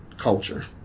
culture